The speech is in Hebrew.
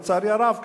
לצערי הרב,